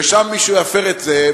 ושם מישהו יפר את זה,